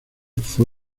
fue